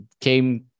came